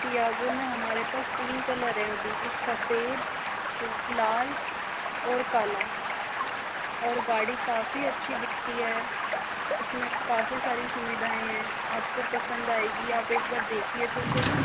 Tiago में हमारे पास तीन कलर है अभी एक सफेद लाल और काला और गाड़ी काफी अच्छी दिखती है उसमें काफी सारी सुविधाएँ है आपको पसंद आएगी आप एक बार देखिए तो सही